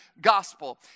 gospel